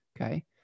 okay